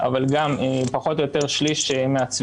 אבל גם פחות או יותר שליש מהצבירה,